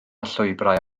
llwybrau